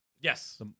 Yes